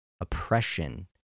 oppression